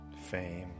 fame